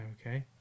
Okay